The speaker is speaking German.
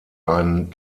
einen